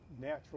natural